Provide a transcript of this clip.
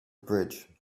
bridge